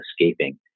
escaping